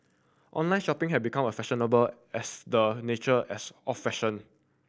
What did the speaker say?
online shopping have become a fashionable as the nature as a fashion